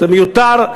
זה מיותר,